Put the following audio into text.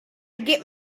get